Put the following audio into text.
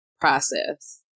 process